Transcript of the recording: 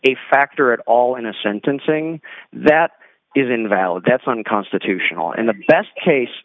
a factor at all in a sentencing that is invalid that's unconstitutional and the best case